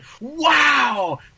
wow